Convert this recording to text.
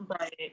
Right